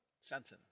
sentence